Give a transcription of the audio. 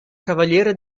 cavaliere